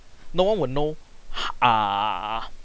no one will know ah